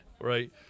right